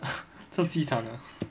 ah 这样凄惨啊